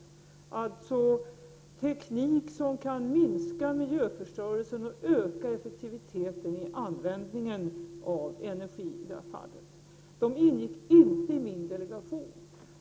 Det är alltså fråga om teknik som kan minska miljöförstörelsen och öka effektivite ten vid användning av energi. Representanterna för SwedPower ingick inte i min delegation.